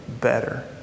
better